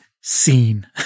scene